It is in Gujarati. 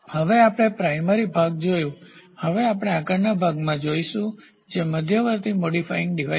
હવે આપણે પ્રાઇમરીપ્રાથમિક ભાગ જોયું છે હવે આપણે આગળના ભાગમાં જઈશું જે મધ્યવર્તી મોડિફાઇંગ ડિવાઇસ છે